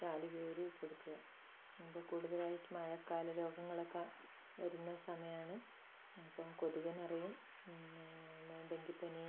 ചാല് കീറിക്കൊടുക്കുക അപ്പോള് കൂടുതലായിട്ട് മഴക്കാലരോഗങ്ങളൊക്കെ വരുന്ന സമയമാണ് അപ്പം കൊതുക് നിറയും പിന്നെ ഡെങ്കിപ്പനി